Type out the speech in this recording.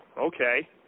okay